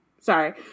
sorry